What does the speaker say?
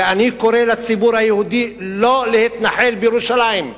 ואני קורא לציבור היהודי לא להתנחל בירושלים.